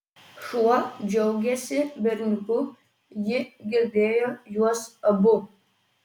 šuo džiaugėsi berniuku ji girdėjo juos abu